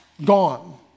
Gone